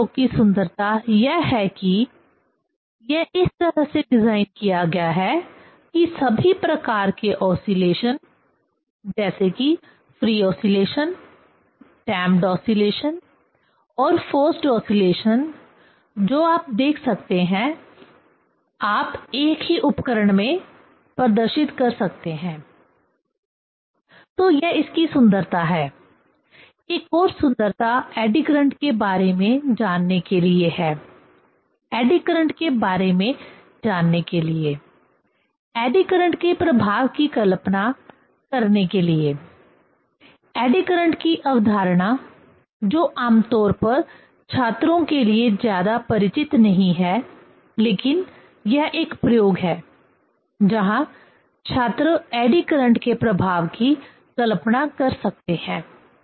इस प्रयोग की सुंदरता यह है कि यह इस तरह से डिज़ाइन किया गया है कि सभी प्रकार के ओसीलेशन जैसे कि फ्री ऑस्लेशन डैंपड ऑस्लेशन और फोर्सड ऑस्लेशन जो आप देख सकते हैं आप एक ही उपकरण में प्रदर्शित कर सकते हैं तो यह इसकी सुंदरता है एक और सुंदरता एडी करंट के बारे में जानने के लिए है एडी करंट के बारे में जानने के लिए एडी करंट के प्रभाव की कल्पना करने के लिए एडी करंट की अवधारणा जो आमतौर पर छात्रों के लिए ज्यादा परिचित नहीं है लेकिन यह एक प्रयोग है जहां छात्र एडी करंट के प्रभाव की कल्पना कर सकते हैं